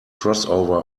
crossover